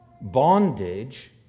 Bondage